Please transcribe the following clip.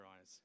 eyes